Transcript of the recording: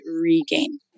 regain